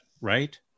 right